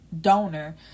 donor